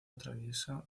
atraviesa